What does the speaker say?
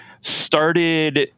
started